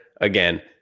again